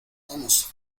vamos